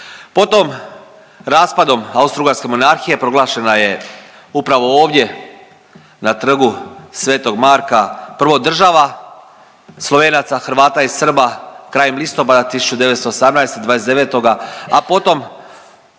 Potom raspadom Austro-Ugarske Monarhije proglašena je upravo ovdje na Trgu sv. Marka prvo država Slovenaca, Hrvata i Srba krajem listopada 1918. 29.,